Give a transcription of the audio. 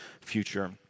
future